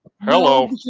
Hello